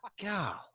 God